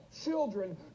children